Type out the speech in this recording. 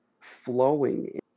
flowing